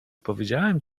powiedziałem